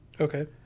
Okay